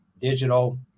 digital